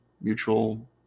mutual